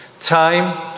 Time